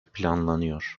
planlanıyor